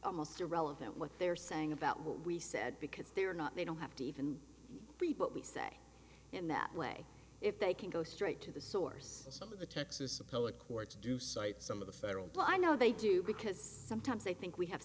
almost irrelevant what they're saying about what we said because they are not they don't have to even read what we say in that way if they can go straight to the source of some of the texas appellate courts do cite some of the federal law i know they do because sometimes they think we have